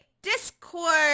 Discord